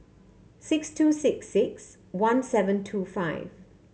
six two six six one seven two five